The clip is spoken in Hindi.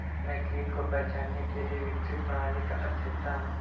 मैं कीट को पहचानने के लिए विकसित प्रणाली का अध्येता हूँ